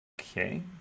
Okay